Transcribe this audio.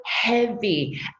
heavy